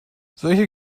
solche